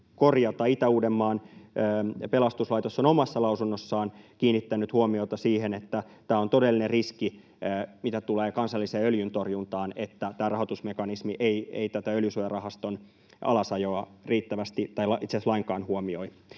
korjata. Itä-Uudenmaan pelastuslaitos on omassa lausunnossaan kiinnittänyt huomiota siihen, että tämä on todellinen riski, mitä tulee kansalliseen öljyntorjuntaan, että tämä rahoitusmekanismi ei tätä öljysuojarahaston alasajoa riittävästi tai itse asiassa lainkaan huomioi.